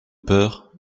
peur